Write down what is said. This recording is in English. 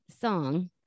song